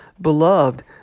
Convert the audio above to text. Beloved